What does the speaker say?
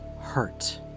hurt